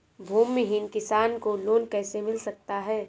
भूमिहीन किसान को लोन कैसे मिल सकता है?